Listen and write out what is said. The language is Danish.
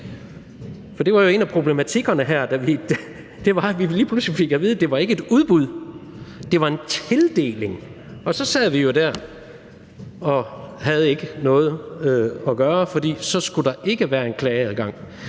det et udbud, og en af problematikkerne her var jo, at vi lige pludselig fik at vide, at det ikke var et udbud, men en tildeling. Og så sad vi jo der og havde ikke noget at gøre, for så skulle der ikke være en klageadgang.